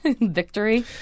Victory